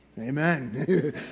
Amen